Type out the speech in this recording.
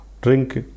Drink